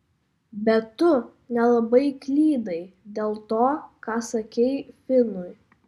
bet tu nelabai klydai dėl to ką sakei finui